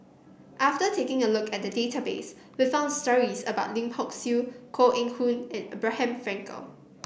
after taking a look at the database we found stories about Lim Hock Siew Koh Eng Hoon and Abraham Frankel